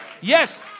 Yes